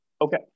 okay